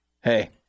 Hey